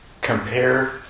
compare